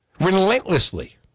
Relentlessly